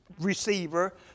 receiver